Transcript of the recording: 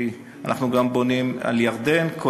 כי אנחנו בונים גם על ירדן,